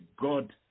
God